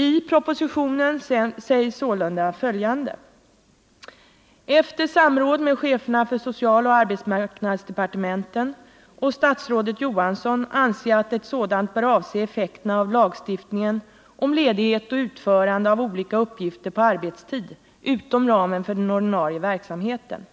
I propositionen sägs sålunda följande om det aktuella översynsprojektet: ”Efter samråd med cheferna för socialoch arbetsmarknadsdepartementen och statsrådet Johansson anser jag att ett sådant bör avse effekterna av lagstiftningen om ledighet och utförande av olika uppgifter på arbetstid utom ramen för den ordinarie verksamheten.